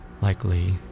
likely